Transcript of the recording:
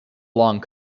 long